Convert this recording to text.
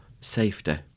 safety